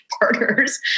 partners